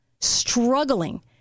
Struggling